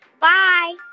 Bye